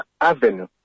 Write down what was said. avenue